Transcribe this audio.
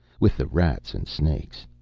with the rats and snakes.